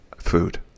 food